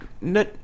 no